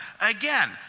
Again